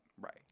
right